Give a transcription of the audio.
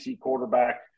quarterback